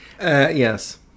yes